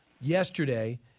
yesterday